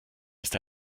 ist